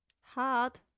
Hard